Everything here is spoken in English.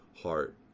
heart